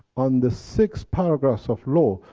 on the six paragraphs of law,